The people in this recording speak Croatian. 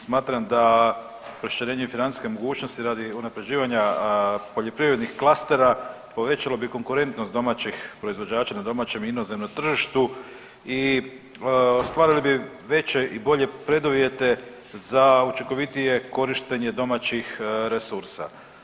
Smatram da proširenje financijske mogućnosti radi unapređivanja poljoprivrednih klastera povećalo bi konkurentnost domaćih proizvođača na domaćem i inozemnom tržištu i ostvarili bi veće i bolje preduvjete za učinkovitije korištenje domaćih resursa.